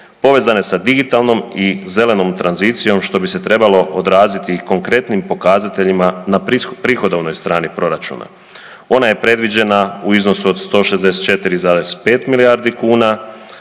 povezane sa digitalnom i zelenom tranzicijom što bi se trebalo odraziti i konkretnim pokazateljima na prihodovnoj strani proračuna. Ona je predviđena u iznosu od 164,5 milijardi kuna